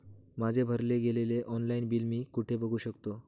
माझे भरले गेलेले ऑनलाईन बिल मी कुठे बघू शकतो?